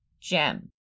gem